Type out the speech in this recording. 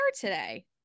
today